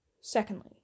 secondly